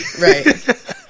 Right